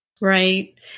Right